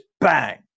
bang